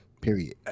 period